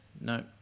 No